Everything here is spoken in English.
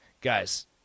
Guys